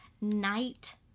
Night